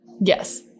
Yes